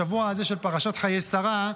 בשבוע הזה של פרשת חיי שרה,